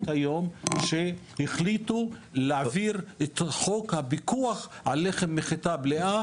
היום שהחליטו להעביר את חוק הפיקוח על לחם מחיטה מלאה,